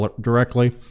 directly